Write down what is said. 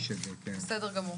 בסדר גמור.